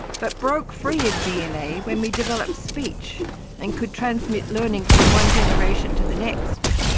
but broke free of dna when we developed speech and could transmit learning from one generation to the next.